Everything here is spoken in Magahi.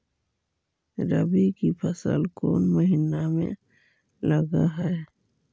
रबी की फसल कोन महिना में लग है?